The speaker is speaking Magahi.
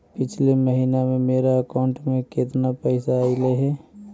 पिछले महिना में मेरा अकाउंट में केतना पैसा अइलेय हे?